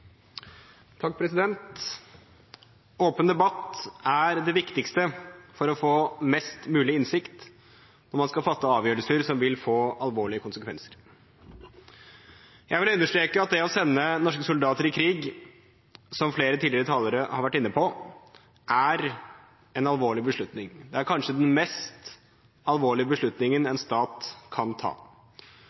viktigste for å få mest mulig innsikt når man skal fatte avgjørelser som vil få alvorlige konsekvenser. Jeg vil understreke at det å sende norske soldater i krig, som flere av de tidligere talerne har vært inne på, er en alvorlig beslutning. Det er kanskje den mest alvorlige beslutningen en stat kan ta,